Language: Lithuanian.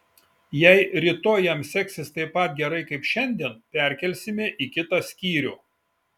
jei rytoj jam seksis taip pat gerai kaip šiandien perkelsime į kitą skyrių